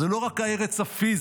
זו לא רק הארץ הפיזית,